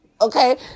Okay